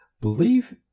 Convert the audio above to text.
belief